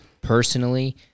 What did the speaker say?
Personally